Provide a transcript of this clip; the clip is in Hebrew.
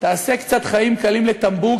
תעשה קצת חיים קלים ל"טמבור",